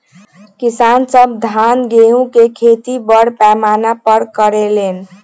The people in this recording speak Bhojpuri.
किसान सब धान गेहूं के खेती बड़ पैमाना पर करे लेन